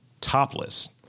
Topless